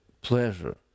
pleasure